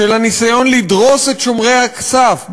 של הניסיון לדרוס את שומרי הסף,